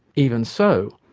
even so,